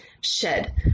shed